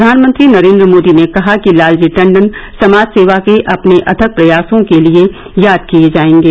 प्रधानमंत्री नरेन्द्र मोदी ने कहा कि लालजी टंडन समाज सेवा के अपने अथक प्रयासों के लिए याद किए जाएंगे